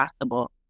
possible